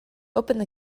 opened